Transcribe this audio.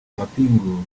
amapingu